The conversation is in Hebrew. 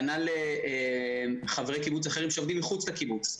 כנ"ל חברי קיבוץ אחרים שעובדים מחוץ לקיבוץ.